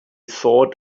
thought